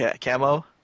camo